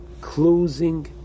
closing